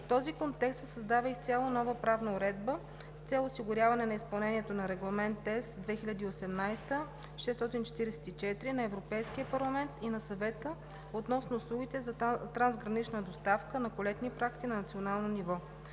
В този контекст се създава изцяло нова правна уредба с цел осигуряване на изпълнението на Регламент (ЕС) 2018/644 на Европейския парламент и на Съвета относно услугите за трансгранична доставка на колетни пратки на национално ниво.